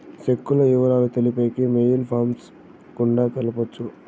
సెక్కుల ఇవరాలు తెలిపేకి మెయిల్ ఫ్యాక్స్ గుండా తెలపొచ్చు